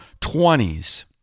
20s